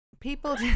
people